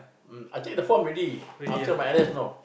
mm I take the form already after my N_S you know